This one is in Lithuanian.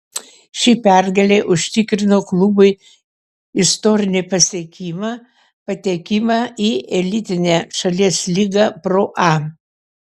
ši pergalė užtikrino klubui istorinį pasiekimą patekimą į elitinę šalies lygą pro a